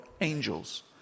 angels